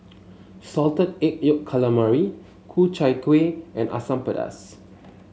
Salted Egg Yolk Calamari Ku Chai Kueh and Asam Pedas